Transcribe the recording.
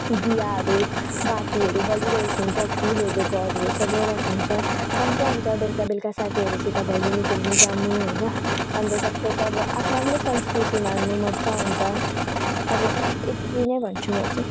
त्यो दियाहरू बातीहरू बलिरहेको हुन्छ फुलहरूले घरहरू सजाइरहेको हुन्छ मजा आउँछ बेलुका बेलुका साथीहरूसित भैलेनी खेल्नु जानु होइन अन्त सबैको आफ्नो आफ्नो संस्कृतिमा मान्नु मजा आउँछ अब यति नै भन्छु म चाहिँ